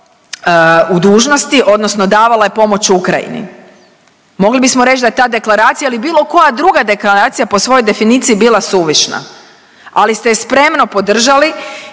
u dužnosti odnosno davala je pomoć Ukrajini. Mogli bismo reći da je ta deklaracija ili bilo koja druga deklaracija po svojoj definiciji bila suvišna, ali ste je spremno podržali.